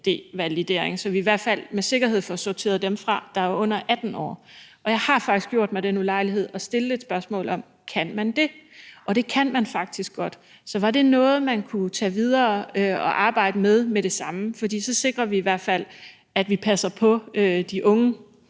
så vi med sikkerhed får sorteret dem fra, der er under 18 år. Og jeg har faktisk gjort mig den ulejlighed at stille et spørgsmål om: Kan man det? Og det kan man faktisk godt. Så var det noget, man kunne tage og arbejde med videre med det samme? For så sikrer vi i hvert fald, at vi passer på de unge.